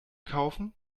kaufen